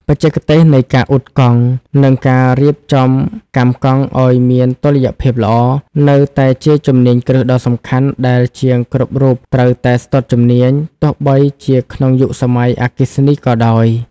បច្ចេកទេសនៃការអ៊ុតកង់ និងការរៀបចំកាំកង់ឱ្យមានតុល្យភាពល្អ នៅតែជាជំនាញគ្រឹះដ៏សំខាន់ដែលជាងគ្រប់រូបត្រូវតែស្ទាត់ជំនាញទោះបីជាក្នុងយុគសម័យអគ្គិសនីក៏ដោយ។